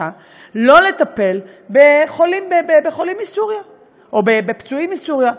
שלא לטפל בחולים מסוריה או בפצועים מסוריה.